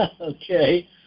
okay